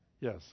Yes